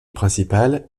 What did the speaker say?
principale